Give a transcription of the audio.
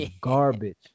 garbage